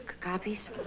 Copies